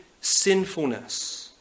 sinfulness